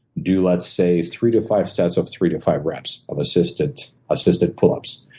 do, let's say, three to five sets of three to five reps of assisted assisted pull-ups.